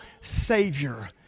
Savior